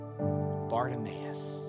Bartimaeus